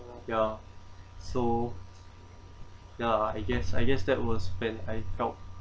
ya so ya I guess I guess that was when I felt